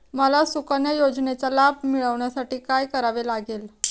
मला सुकन्या योजनेचा लाभ मिळवण्यासाठी काय करावे लागेल?